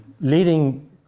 leading